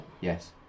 Yes